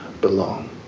belong